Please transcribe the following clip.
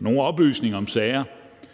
nogle oplysninger om sager,